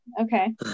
Okay